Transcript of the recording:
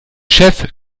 chef